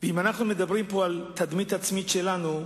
אם אנחנו מדברים על התדמית העצמית שלנו,